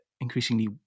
increasingly